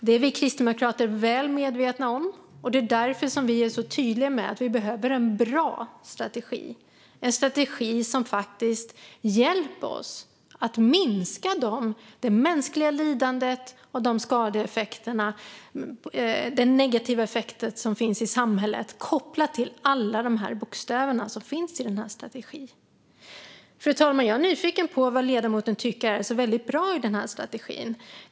Den är vi kristdemokrater väl medvetna om, och det är därför vi är så tydliga med att vi behöver en bra strategi - en strategi som faktiskt hjälper oss att minska det mänskliga lidandet, skadorna och de negativa effekter som finns i samhället kopplat till alla de bokstäver som finns i strategin. Fru talman! Jag är nyfiken på vad ledamoten tycker är så väldigt bra i den här strategin.